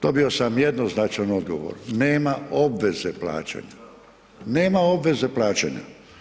Dobio sam jednoznačan odgovor, nema obveze plaćanja, nema obveze plaćanja.